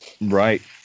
Right